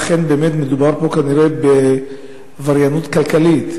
אכן באמת מדובר פה כנראה בעבריינות כלכלית,